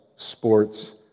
sports